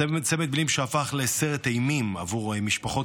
צמד מילים שהפך לסרט אימים עבור משפחות